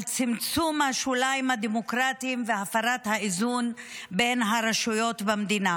מצמצום השוליים הדמוקרטיים והפרת האיזון בין הרשויות במדינה,